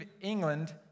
England